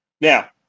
Now